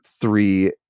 three